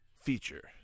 feature